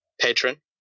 patron